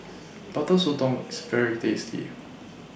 Butter Sotong IS very tasty